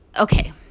okay